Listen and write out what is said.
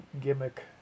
gimmick